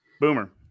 Boomer